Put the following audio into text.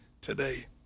today